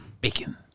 Bacon